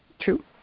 true